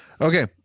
okay